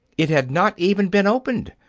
it had not even been opened.